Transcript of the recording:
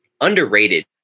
underrated